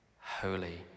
holy